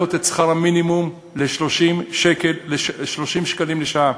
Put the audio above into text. להעלות את שכר המינימום ל-30 שקל ל-30 שקלים לשעה.